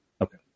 Okay